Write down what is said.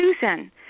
Susan